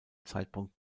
zeitpunkt